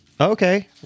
Okay